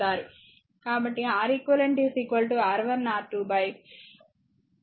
కాబట్టి R eq R1 R2 R1 R2 ఇది సమీకరణం 35